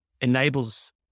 enables